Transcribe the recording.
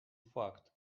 факт